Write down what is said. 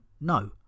no